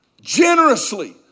generously